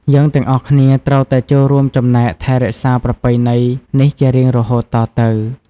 យើងទាំងអស់គ្នាត្រូវតែចូលរួមចំណែកថែរក្សាប្រពៃណីនេះជារៀងរហូតតទៅ។